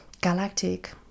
galactic